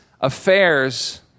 affairs